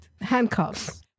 handcuffs